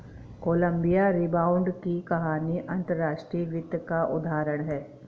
Colombia rebound की कहानी अंतर्राष्ट्रीय वित्त का उदाहरण है